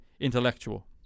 intellectual